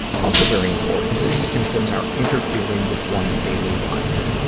also very important is that the symptoms are interfering with one's daily life.